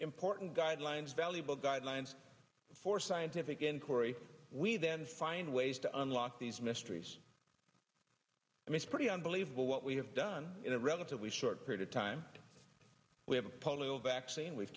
important guidelines valuable guidelines for scientific inquiry we then find ways to unlock these mysteries and it's pretty unbelievable what we have done in a relatively short period of time we have a polio vaccine we've